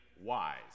wise